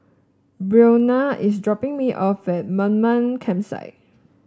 Breonna is dropping me off at Mamam Campsite